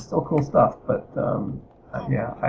still cool stuff, but yeah